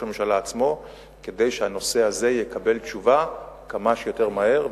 הממשלה עצמו כדי שהנושא הזה יקבל תשובה כמה שיותר מהר.